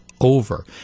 over